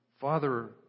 Father